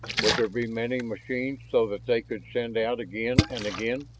would there be many machines so that they could send out again and again?